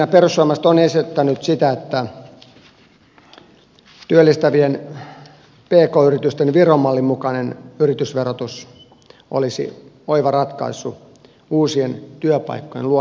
perussuomalaiset on esittänyt sitä että työllistävien pk yritysten viron mallin mukainen yritysverotus olisi oiva ratkaisu uusien työpaikkojen luomiseksi